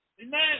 Amen